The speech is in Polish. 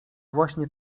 właśnie